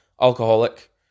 alcoholic